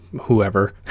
whoever